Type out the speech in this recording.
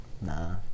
Nah